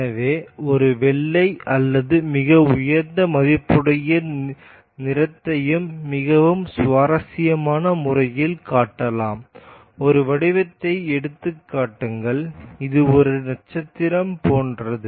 எனவே ஒரு வெள்ளை அல்லது மிக உயர்ந்த மதிப்புடைய நிறத்தையும் மிகவும் சுவாரஸ்யமான முறையில் காட்டலாம் ஒரு வடிவத்தை எடுத்துக்காட்டுங்கள் இது ஒரு நட்சத்திரம் போன்றது